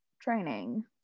training